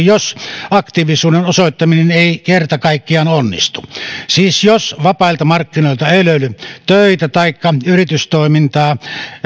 jos aktiivisuuden osoittaminen ei kerta kaikkiaan onnistu siis jos vapailta markkinoilta ei löydy töitä taikka yritystoimintaa